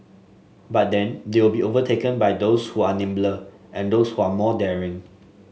but then they will be overtaken by those who are nimbler and those who are more daring